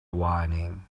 whining